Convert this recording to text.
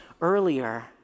earlier